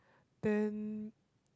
then